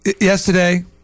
Yesterday